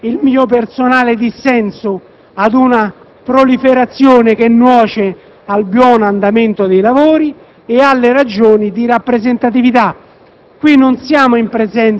Esprimo, quindi, il mio personale dissenso ad una proliferazione che nuoce al buon andamento dei lavori e alle ragioni di rappresentatività.